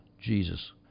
Jesus